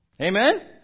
Amen